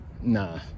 nah